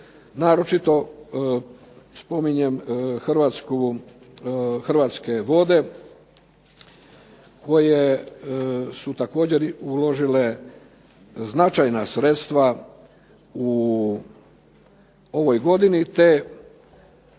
naročito spominjem Hrvatske vode koje su također uložile značajna sredstva u ovoj godini, te